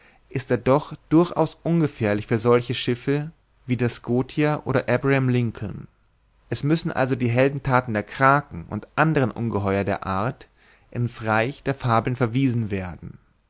ist er doch durchaus ungefährlich für solche schiffe wie der scotia oder abraham lincoln es müssen also die heldenthaten der kraken und anderen ungeheuer der art in's reich der fabeln verwiesen werden